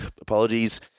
Apologies